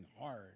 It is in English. hard